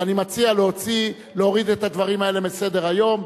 ואני מציע להוריד את הדברים האלה מסדר-היום.